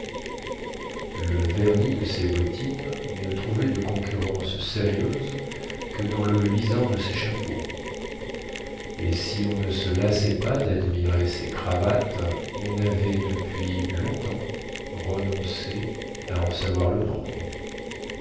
le vernis de ses bottines ne trouvait de concurrence sérieuse que dans le luisant de ses chapeaux et si on ne se lassait pas dadmirer ses cravates on avait depuis longtemps renoncé à en savoir le nombre